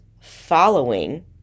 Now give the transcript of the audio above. following